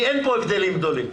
כי אין פה הבדלים גדולים.